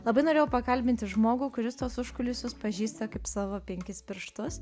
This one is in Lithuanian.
labai norėjau pakalbinti žmogų kuris tuos užkulisius pažįsta kaip savo penkis pirštus